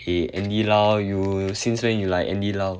okay andy lau you since when you like andy lau